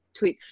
tweets